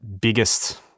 biggest